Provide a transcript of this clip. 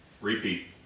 Repeat